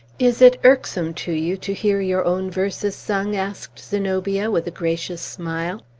is it irksome to you to hear your own verses sung? asked zenobia, with a gracious smile.